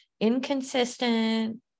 inconsistent